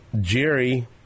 Jerry